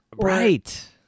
Right